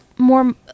More